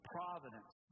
Providence